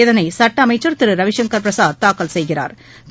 இதனை சட்ட அமைச்சா் திரு ரவிசங்கா் பிரசாத் தாக்கல் செய்கிறாா்